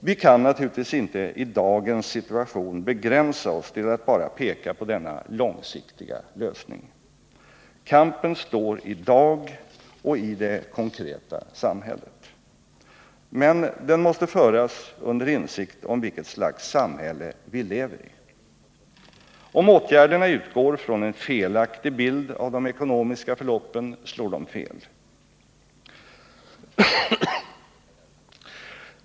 Vi kan naturligtvis inte i dagens situation begränsa oss till att peka på denna långsiktiga lösning. Kampen står i dag och i det konkreta samhället. Men den måste föras under insikt om vilket slags samhälle vi lever i. Om åtgärderna utgår från en felaktig bild av de ekonomiska förloppen slår de fel.